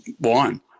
wine